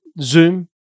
zoom